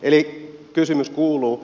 eli kysymys kuuluu